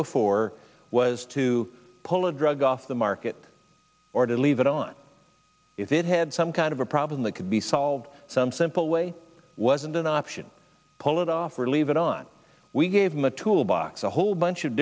before was to pull a drug off the market or to leave it on if it had some kind of a problem that could be solved some simple way wasn't an option pull it off or leave it on we gave them a tool box a whole bunch of